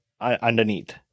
underneath